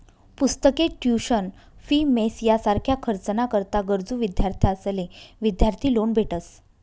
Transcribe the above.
पुस्तके, tuition fee, mess यासारखा खर्च ना करता गरजू विद्यार्थ्यांसले विद्यार्थी लोन भेटस